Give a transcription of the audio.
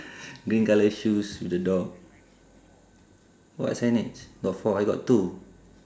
green colour shoes with the dog what signage got four I got two